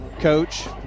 coach